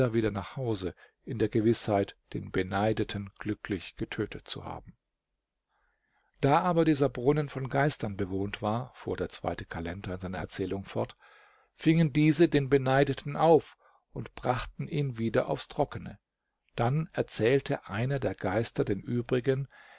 wieder nach hause in der gewißheit den beneideten glücklich getötet zu haben da aber dieser brunnen von geistern bewohnt war fuhr der zweite kalender in seiner erzählung fort fingen diese den beneideten auf und brachten ihn wieder aufs trockene dann erzählte einer der geister den übrigen